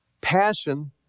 Passion